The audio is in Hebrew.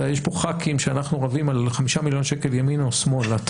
יש פה ח"כים שאנחנו רבים על חמישה מיליון שקל ימינה או שמאלה,